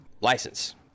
license